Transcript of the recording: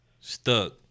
Stuck